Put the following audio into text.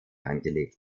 angelegt